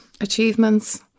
achievements